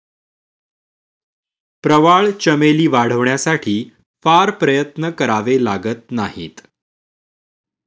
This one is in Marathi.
प्रवाळ चमेली वाढवण्यासाठी फार प्रयत्न करावे लागत नाहीत